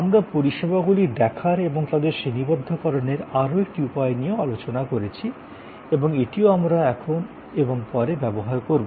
আমরা পরিষেবাগুলি দেখার এবং তাদের শ্রেণীবদ্ধকরণের আরও একটি উপায় নিয়েও আলোচনা করেছি এবং এটিও আমরা এখন এবং পরে ব্যবহার করব